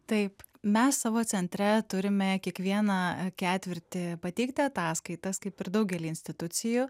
taip mes savo centre turime kiekvieną ketvirtį pateikti ataskaitas kaip ir daugely institucijų